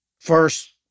first